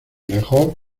lejos